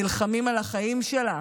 נלחמים על החיים שלה,